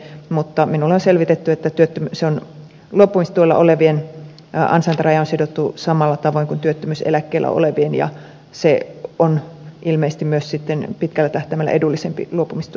mutta minulle on selvitetty että luopumistuella olevien ansaintaraja on sidottu samalla tavalla kuin työttömyyseläkkeellä olevien ja se on ilmeisesti myös pitkällä tähtäimellä edullisempi ratkaisu luopumistuella oleville